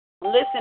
Listen